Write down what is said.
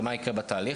מה יקרה בתהליך?